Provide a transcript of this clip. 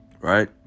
right